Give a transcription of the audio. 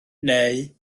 neu